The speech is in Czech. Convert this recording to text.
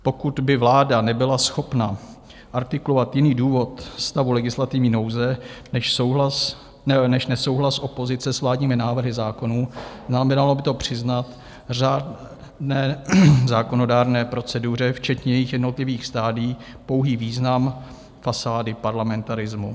Pokud by vláda nebyla schopna artikulovat jiný důvod stavu legislativní nouze než nesouhlas opozice s vládními návrhy zákonů, znamenalo by to přiznat řádné zákonodárné proceduře, včetně jejích jednotlivých stadií, pouhý význam fasády parlamentarismu.